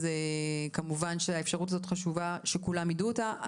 אז כמובן שהאפשרות הזאת חשובה שכולם ידעו אותה.